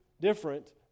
different